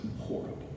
horrible